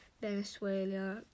Venezuela